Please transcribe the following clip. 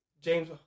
James